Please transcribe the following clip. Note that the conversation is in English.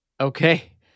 Okay